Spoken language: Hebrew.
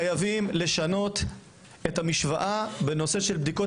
חייבים לשנות את המשוואה בנושא הבדיקות